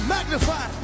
Magnify